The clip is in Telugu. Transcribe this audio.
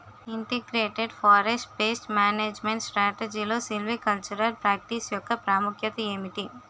ఇంటిగ్రేటెడ్ ఫారెస్ట్ పేస్ట్ మేనేజ్మెంట్ స్ట్రాటజీలో సిల్వికల్చరల్ ప్రాక్టీస్ యెక్క ప్రాముఖ్యత ఏమిటి??